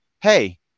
hey